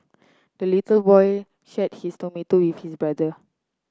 the little boy shared his tomato with his brother